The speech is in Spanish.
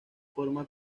fama